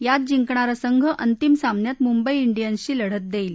त्यात जिंकणारा संघ अंतिम सामन्यात मुंबई डियनशी लढत देईल